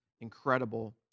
incredible